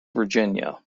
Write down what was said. virginia